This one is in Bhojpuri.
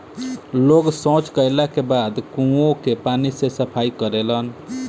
लोग सॉच कैला के बाद कुओं के पानी से सफाई करेलन